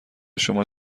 شما